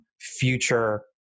future